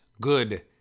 good